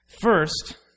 First